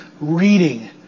reading